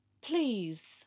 Please